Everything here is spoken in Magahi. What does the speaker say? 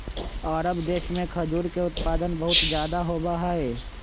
अरब देश में खजूर के उत्पादन बहुत ज्यादा होबा हई